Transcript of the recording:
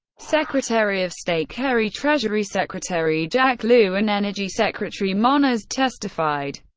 secretary of state kerry, treasury secretary jack lew, and energy secretary moniz testified.